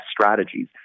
strategies